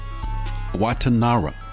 Watanara